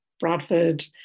Bradford